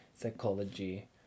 psychology